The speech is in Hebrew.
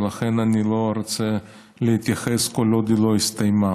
ולכן אני לא רוצה להתייחס כל עוד היא לא הסתיימה.